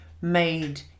made